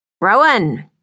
Rowan